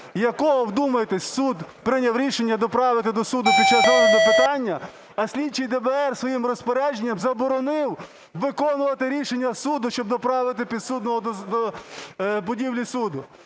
якого, вдумайтесь, суд прийняв рішення доправити до суду під час розгляду питання, а слідчий ДБР своїм розпорядженням заборонив виконувати рішення суду, щоб доправити підсудного до будівлі суду.